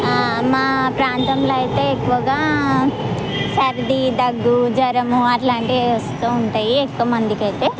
మా ప్రాంతంలో అయితే ఎక్కువగా సర్ది దగ్గు జ్వరము అట్లాంటివి వస్తూ ఉంటాయి ఎక్కువ మందికైతే